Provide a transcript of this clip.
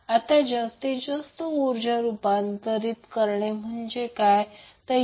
आता जास्तीत जास्त ऊर्जा रूपांतर काय असेल